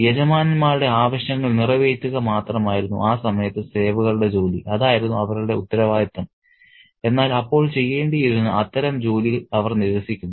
യജമാനന്മാരുടെ ആവശ്യങ്ങൾ നിറവേറ്റുക മാത്രമായിരുന്നു ആ സമയത്ത് സേവകരുടെ ജോലി അതായിരുന്നു അവരുടെ ഉത്തരവാദിത്തം എന്നാൽ അപ്പോൾ ചെയ്യേണ്ടിയിരുന്ന അത്തരം ജോലി അവർ നിരസിക്കുന്നു